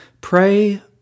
Pray